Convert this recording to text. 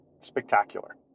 spectacular